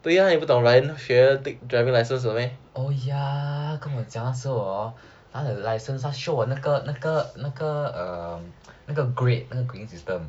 oh ya 跟我讲说我当时 license 他 show 我那个那个那个那个 grade 那个 grading system